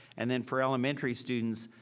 and then for elementary students,